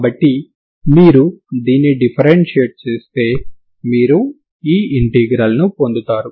కాబట్టి మీరు దీన్ని డిఫరెన్షియేట్ చేస్తే మీరు ఈ ఇంటెగ్రల్ ను పొందుతారు